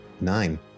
Nine